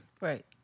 Right